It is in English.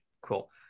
Cool